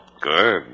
Good